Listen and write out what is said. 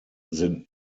sind